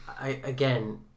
Again